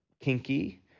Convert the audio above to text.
kinky